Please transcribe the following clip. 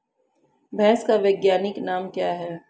भैंस का वैज्ञानिक नाम क्या है?